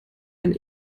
ein